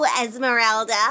Esmeralda